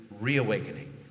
reawakening